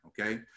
okay